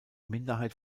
minderheit